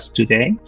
today